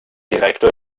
direktor